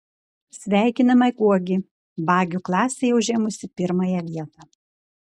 sveikiname guogį bagių klasėje užėmusį pirmąją vietą